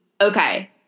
Okay